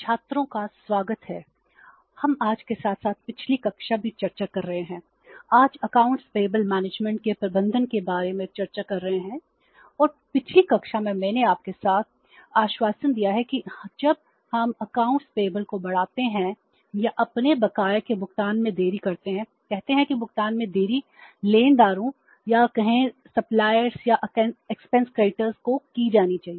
छात्रों का स्वागत है हम आज के साथ साथ पिछली कक्षा भी चर्चा कर रहे हैं आज अकाउंट्स पेबल मैनेजमेंट को की जानी चाहिए